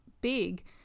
big